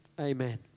Amen